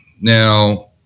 Now